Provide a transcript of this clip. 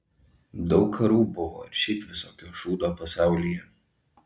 daug karų buvo ir šiaip visokio šūdo pasaulyje